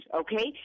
okay